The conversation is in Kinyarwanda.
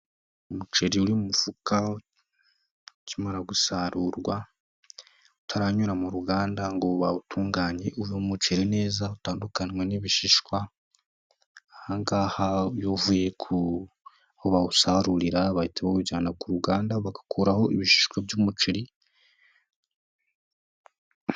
Umuceri uri mu mufuka, ukimara gusarurwa utaranyura mu ruganda ngo bawutunganye, uyu muceri neza utandukanywa n'ibishishwa, ahangaha iyo uvuye ku bawusarurira bahita bawujyana ku ruganda bagakuraho ibishishwa by'umuceri.